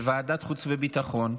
בוועדת החוץ והביטחון,